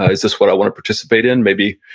is this what i want to participate in? maybe